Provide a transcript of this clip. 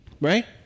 right